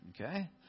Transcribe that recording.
okay